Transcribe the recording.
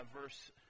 verse